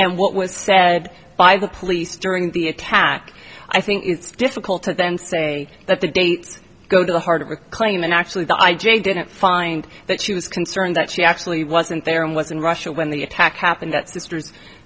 and what was said by the police during the attack i think it's difficult to then say that the dates go to the heart of the claim and actually the i j a didn't find that she was concerned that she actually wasn't there and was in russia when the attack happened that sisters